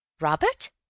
Robert